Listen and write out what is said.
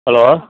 hello